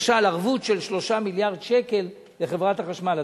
למשל ערבות של 3 מיליארד שקל לחברת החשמל,